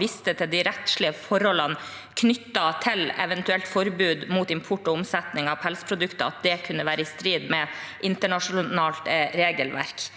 viste til de rettslige forholdene knyttet til et eventuelt forbud mot import og omsetning av pelsprodukter, og at det kunne være i strid med internasjonalt regelverk.